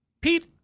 Pete